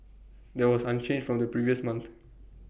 that was unchanged from the previous month